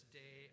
day